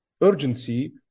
urgency